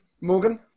Morgan